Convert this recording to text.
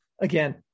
Again